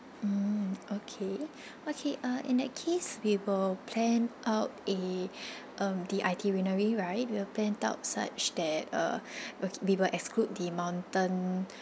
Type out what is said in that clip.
mm okay okay uh in that case we will plan out a um the itinerary right we will plan out such that uh we will exclude the mountain